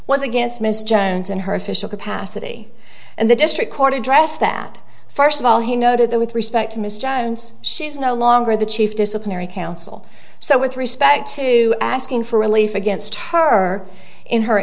was against ms jones and her official capacity and the district court address that first of all he noted that with respect to miss jones she's no longer the chief disciplinary council so with respect to asking for relief against her in her